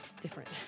different